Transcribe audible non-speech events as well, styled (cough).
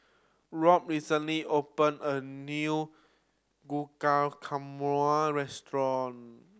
Robb recently opened a new (unintelligible) restaurant